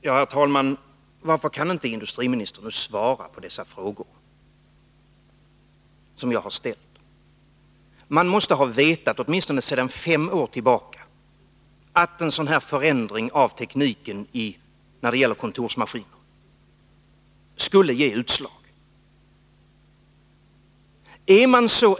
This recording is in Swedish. Herr talman! Varför kan inte industriministern svara på de frågor jag har ställt? Regeringen måste ju ha vetat, åtminstone sedan fem år tillbaka, att en sådan här förändring av tekniken när det gäller kontorsmaskiner skulle ge utslag.